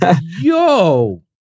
Yo